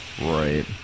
Right